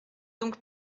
donc